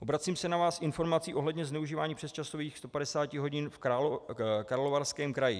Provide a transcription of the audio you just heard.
Obracím se na vás s informací ohledně zneužívání přesčasových 150 hodin v Karlovarském kraji.